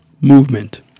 movement